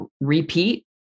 repeat